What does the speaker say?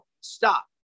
stop